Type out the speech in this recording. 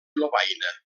lovaina